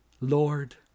Lord